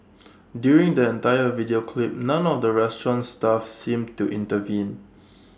during the entire video clip none of the restaurant's staff seemed to intervene